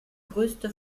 größte